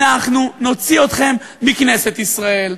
אנחנו נוציא אתכם מכנסת ישראל,